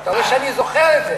אתה רואה שאני זוכר את זה.